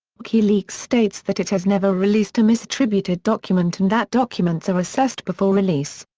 wikileaks states that it has never released a misattributed document and that documents are assessed before release.